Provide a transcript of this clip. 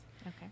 okay